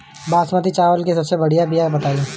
बासमती चावल के सबसे बढ़िया बिया बताई?